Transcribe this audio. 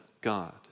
God